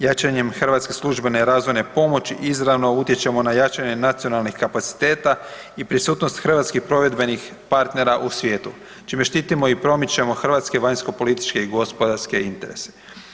Jačanjem hrvatske službene razvoje pomoći izravno utječemo na jačanje nacionalnih kapaciteta i prisutnost hrvatskih provedbenih partnera u svijetu, čime štitimo i promičemo hrvatske vanjsko političke i gospodarske interese.